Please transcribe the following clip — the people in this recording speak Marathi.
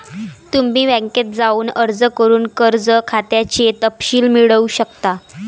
तुम्ही बँकेत जाऊन अर्ज करून कर्ज खात्याचे तपशील मिळवू शकता